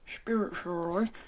Spiritually